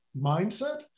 mindset